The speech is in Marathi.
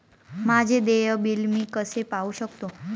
माझे देय बिल मी कसे पाहू शकतो?